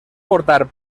portar